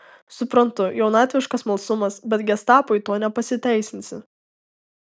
suprantu jaunatviškas smalsumas bet gestapui tuo nepasiteisinsi